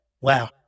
wow